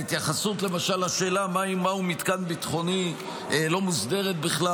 ההתייחסות למשל לשאלה מהו מתקן ביטחוני לא מוסדרת בכלל